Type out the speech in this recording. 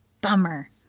Bummer